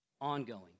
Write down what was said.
ongoing